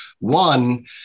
One